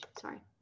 sorry